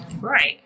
right